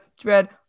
Dread